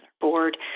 board